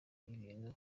ibintu